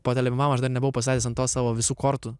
po telebimbam aš dar nebuvau pastatęs ant to savo visų kortų